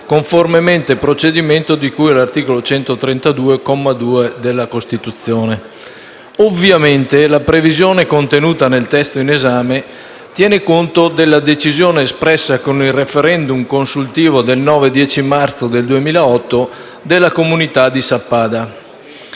conformemente al procedimento di cui all'articolo 132, comma 2, della Costituzione. Ovviamente la previsione contenuta nel testo in esame tiene conto della decisione espressa con il *referendum* consultivo del 9 e 10 marzo del 2008 della comunità di Sappada.